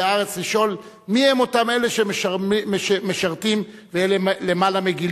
הארץ לשאול מיהם אותם אלה שמשרתים והם למעלה מגיל